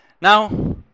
Now